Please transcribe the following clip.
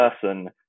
person